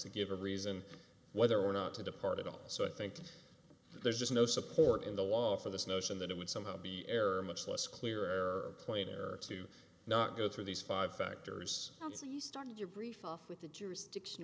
to give a reason whether or not to depart at all so i think there's just no support in the law for this notion that it would somehow be error much less clear error plainer to not go through these five factors once he started your brief off with a jurisdiction